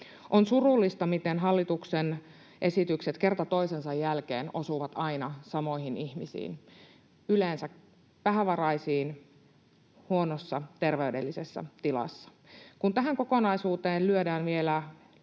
On surullista, miten hallituksen esitykset kerta toisensa jälkeen osuvat aina samoihin ihmisiin, yleensä vähävaraisiin huonossa terveydellisessä tilassa. Kun tähän kokonaisuuteen lyödään vielä